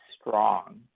strong